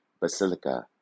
basilica